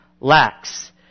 lacks